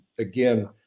Again